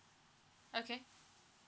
okay